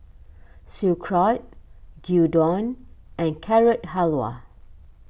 Sauerkraut Gyudon and Carrot Halwa